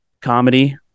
comedy